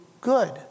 good